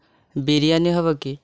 ବିରିଆନୀ ହେବ କି